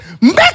make